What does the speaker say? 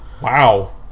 Wow